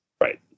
Right